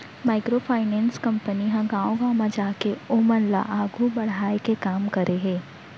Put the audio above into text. micro finance company ह गाँव गाँव म जाके ओमन ल आघू बड़हाय के काम करे हे